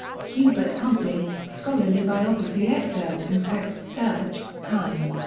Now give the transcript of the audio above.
hubert humphrey, scholarly biography excerpt and text search time.